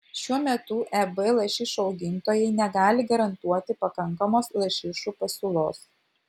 šiuo metu eb lašišų augintojai negali garantuoti pakankamos lašišų pasiūlos